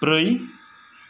ब्रै